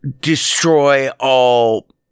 destroy-all